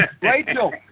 Rachel